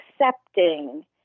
accepting